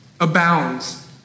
abounds